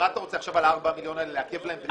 אתה רוצה בגלל ארבעה מיליון השקלים האלה לעכב להם?